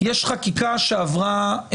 יש חקיקה שעברה,